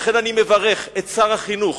לכן אני מברך את שר החינוך,